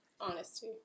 Honesty